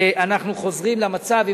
ואנחנו חוזרים למצב,